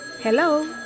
Hello